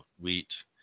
wheat